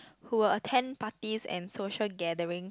who will attend parties and social gathering